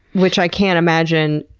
which i can't imagine,